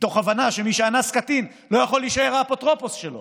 מתוך הבנה שמי שאנס קטין לא יכול להישאר האפוטרופוס שלו.